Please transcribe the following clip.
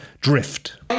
Drift